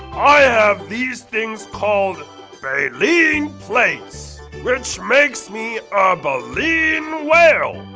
i have these things called baleen plates, which makes me a baleen whale!